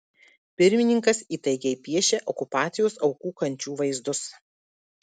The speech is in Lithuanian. pirmininkas įtaigiai piešia okupacijos aukų kančių vaizdus